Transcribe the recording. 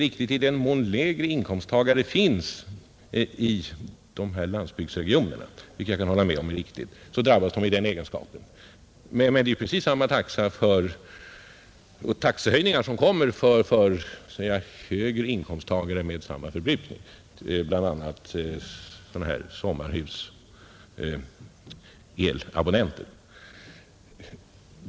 I den mån lägre inkomsttagare finns i dessa landsbygdsregioner, vilket jag kan hålla med om är riktigt, drabbas de i den egenskapen. Men precis samma taxehöjning äger rum för högre inkomsttagare med samma förbrukning, bl.a. elabonnenter i sommarhus.